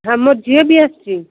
ହଁ ମୋ ଝିଅ ବି ଆସିଛି